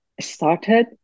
started